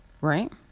Right